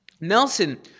Nelson